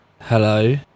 Hello